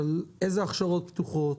על איזה הכשרות פתוחות,